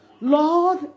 Lord